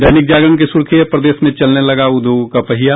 दैनिक जागरण की सुर्खी है प्रदेश में चलने लगा उद्योगों का पहिया